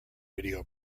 video